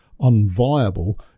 unviable